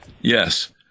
Yes